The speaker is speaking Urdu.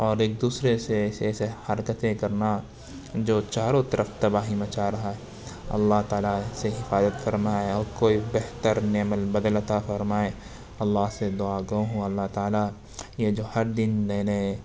اور ایک دوسرے سے ایسے ایسے حرکتیں کرنا جو چاروں طرف تباہی مچا رہا ہے اللہ تعالیٰ اس سے حفاظت فرمائے اور کوئی بہتر نعم البدل عطا فرمائے اللہ سے دعا گو ہوں اللہ تعالیٰ یہ جو ہر دن نئے نئے